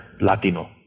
Latino